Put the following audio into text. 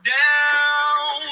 down